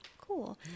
Cool